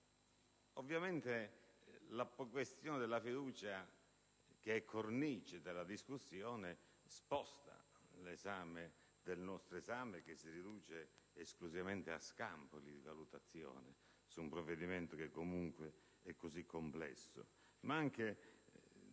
Ovviamente la questione della fiducia, che è cornice della discussione, sposta l'oggetto del nostro esame, che si riduce esclusivamente a scampoli di valutazione su un provvedimento comunque complesso. Tuttavia anche